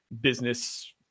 business